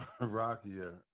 rockier